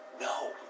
No